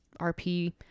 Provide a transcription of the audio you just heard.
RP